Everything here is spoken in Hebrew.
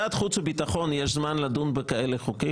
לוועדת חוץ וביטחון יש זמן לדון בחוקים כאלה?